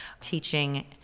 teaching